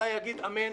החקלאי יגיד: אמן.